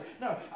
No